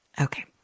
Okay